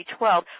2012